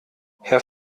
herr